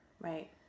Right